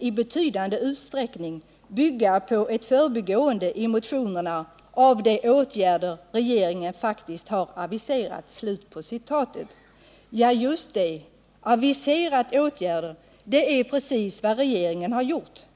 i ”betydande utsträckning synes bygga på ett förbigående i motionerna av de åtgärder regeringen faktiskt har aviserat”. Ja, just det — aviserat åtgärder är precis vad regeringen har gjort.